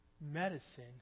medicine